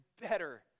better